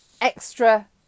extra